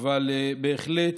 אבל בהחלט